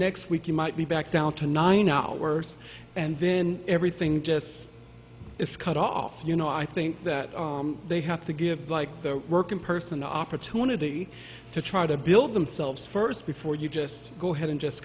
next week you might be back down to nine hours and then everything just is cut off you know i think that they have to give like the working person the opportunity to try to build themselves first before you just go ahead and just